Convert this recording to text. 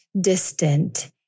distant